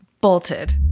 bolted